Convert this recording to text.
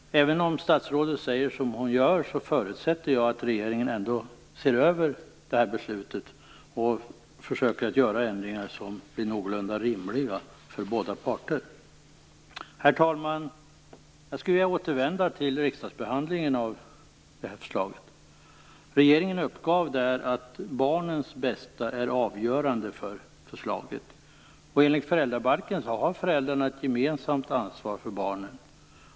Även om statsrådet säger som hon gör förutsätter jag att regeringen ser över beslutet och försöker göra ändringar som blir någorlunda rimliga för båda parter. Herr talman! Jag skulle vilja återvända till riksdagsbehandlingen av förslaget. Regeringen uppgav där att barnens bästa är avgörande för förslaget. Enligt föräldrabalken har föräldrarna ett gemensamt ansvar för barnen.